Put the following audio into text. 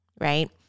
right